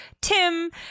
Tim